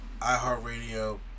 iHeartRadio